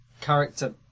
character